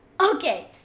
okay